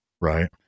right